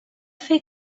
fer